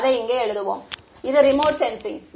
அதை இங்கே எழுதுவோம் இது ரிமோட் சென்சிங்